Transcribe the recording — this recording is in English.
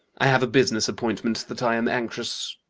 i have a business appointment that i am anxious.